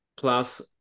plus